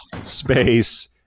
Space